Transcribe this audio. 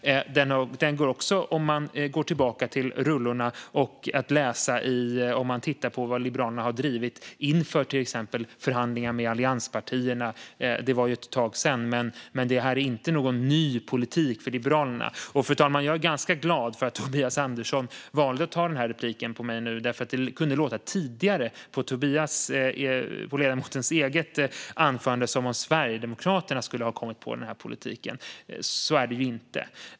Den går också, om man går tillbaka till rullorna, att läsa i det som Liberalerna har drivit i till exempel förhandlingar med allianspartierna. Det var ett tag sedan, men detta är inte någon ny politik för Liberalerna. Fru talman! Jag är ganska glad för att Tobias Andersson valde att ta replik på mig nu, för i ledamotens eget anförande tidigare kunde det låta som att Sverigedemokraterna hade kommit på denna politik. Så är det inte.